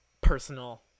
personal